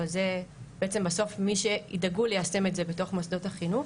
אבל זה בעצם בסוף מי שידאגו ליישם את זה בתוך מוסדות החינוך.